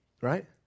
Right